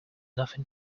nothing